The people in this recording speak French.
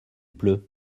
pleut